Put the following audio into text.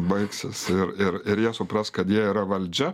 baigsis ir ir ir jie supras kad jie yra valdžia